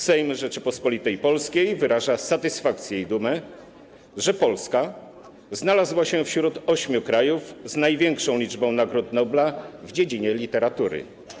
Sejm Rzeczypospolitej Polskiej wyraża satysfakcję i dumę, że Polska znalazła się wśród ośmiu krajów z największą liczbą Nagród Nobla w dziedzinie literatury.